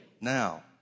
Now